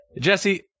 Jesse